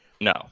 No